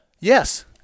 Yes